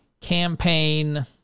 campaign